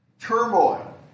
Turmoil